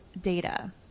data